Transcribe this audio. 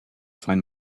find